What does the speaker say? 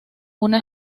una